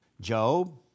Job